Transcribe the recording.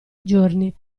giorni